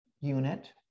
unit